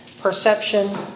perception